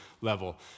level